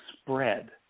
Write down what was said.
spread